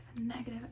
negative